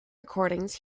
recordings